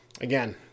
again